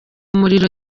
umuriro